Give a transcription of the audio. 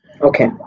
Okay